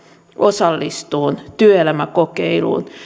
osallistumaan työelämäkokeiluun